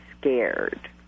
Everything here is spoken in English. scared